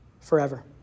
forever